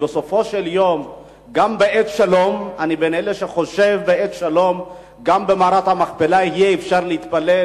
כי בסופו של יום אני בין אלה שחושבים שגם בעת שלום יהיה אפשר להתפלל